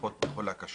לפחות בכל הקשור